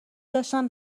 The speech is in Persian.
داشتن